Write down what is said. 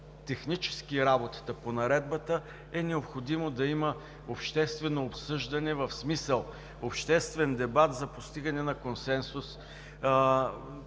технически е работата по наредбата, необходимо е да има обществено обсъждане, в смисъл обществен дебат за постигане на консенсус